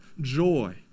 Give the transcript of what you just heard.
joy